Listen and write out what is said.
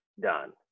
done